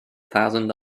thousand